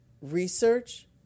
research